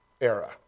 era